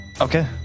Okay